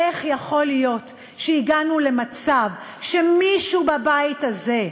איך יכול להיות שהגענו למצב שמישהו בבית הזה,